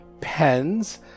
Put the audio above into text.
pens